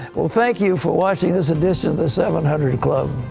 well, thank you for watching this edition of the seven hundred club.